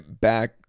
back